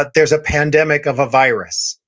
but there's a pandemic of a virus.